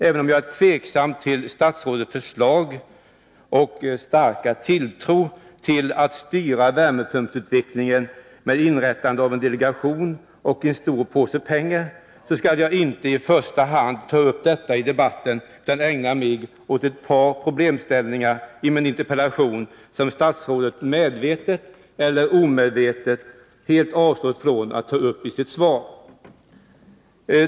Även om jag är tveksam till statsrådets förslag och starka tilltro till att styra värmepumpsutvecklingen med inrättande av en delegation och en stor påse pengar, skall jag inte i första hand ta upp detta i debatten, utan jag skall ägna mig åt ett par problemställningar i min interpellation som statsrådet, medvetet eller omedvetet, helt avstått från att ta upp i sitt svar.